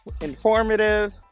informative